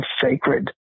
sacred